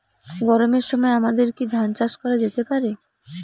গরমের সময় আমাদের কি ধান চাষ করা যেতে পারি?